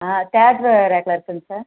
ஆ third ரேக்கில் இருக்குங்க sir